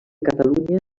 catalunya